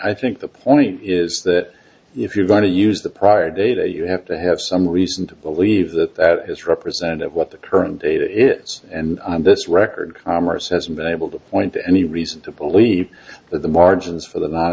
i think the point is that if you're going to use the prior data you have to have some reason to believe that his representative what the current date is and this record commerce hasn't been able to point to any reason to believe that the margins for the